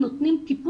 מבחינת הציפיות.